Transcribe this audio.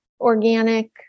organic